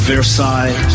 Versailles